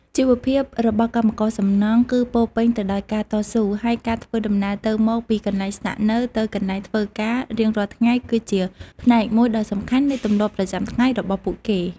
ជីវភាពរបស់កម្មករសំណង់គឺពោរពេញទៅដោយការតស៊ូ ហើយការធ្វើដំណើរទៅមកពីកន្លែងស្នាក់នៅទៅកន្លែងធ្វើការរៀងរាល់ថ្ងៃគឺជាផ្នែកមួយដ៏សំខាន់នៃទម្លាប់ប្រចាំថ្ងៃរបស់ពួកគេ។